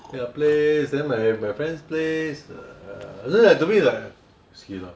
your place then at my my friend's place to me it's like whiskey lor